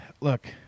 Look